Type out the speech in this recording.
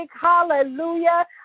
Hallelujah